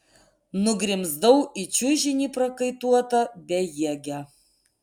nugrimzdau į čiužinį prakaituota bejėgė